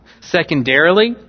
Secondarily